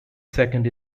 second